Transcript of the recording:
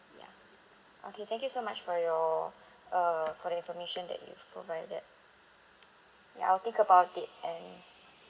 ya okay thank you so much for your uh for the information that you've provided ya I'll think about it and